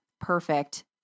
perfect